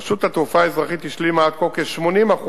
רשות התעופה האזרחית השלימה עד כה כ-80%